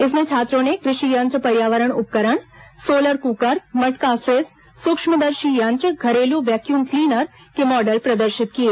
इसमें छात्रों ने कृ षि यंत्र पर्यावरण उपकरण सोलर क्कर मटका फ्रिज सूक्ष्मदर्शी यंत्र घरेलू वैक्यूम क्लीनर के मॉडल प्रदर्शित किए